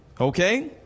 okay